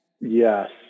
Yes